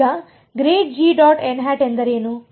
ಈಗ ಎಂದರೇನು